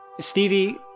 Stevie